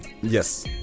Yes